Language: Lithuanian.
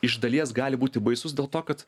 iš dalies gali būti baisus dėl to kad